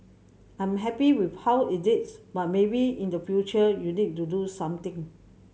I'm happy with how it is but maybe in the future you need to do something